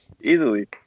Easily